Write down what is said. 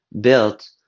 built